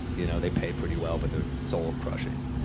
you know, they pay pretty well, but they're soul-crushing.